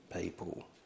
people